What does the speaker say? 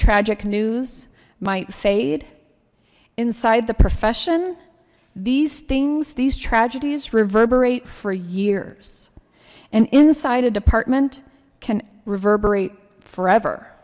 tragic news might fade inside the profession these things these tragedies reverberate for years and inside a department can reverberate forever